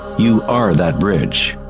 you are that bridge.